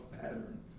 pattern